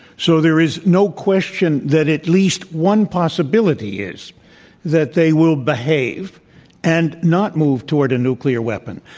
so there is no question that at least one possibility is that they will behave and not move toward a nuclear weapon.